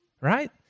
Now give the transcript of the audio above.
right